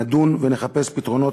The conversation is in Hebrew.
נדון ונחפש פתרונות,